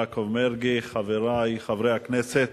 השר יעקב מרגי, חברי חברי הכנסת,